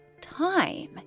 time